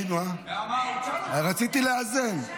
רציתי לאזן.